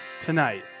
tonight